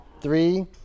three